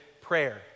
prayer